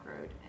Road